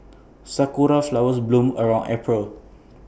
Sakura Flowers bloom around April